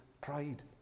pride